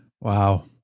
Wow